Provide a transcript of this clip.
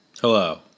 Hello